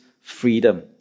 freedom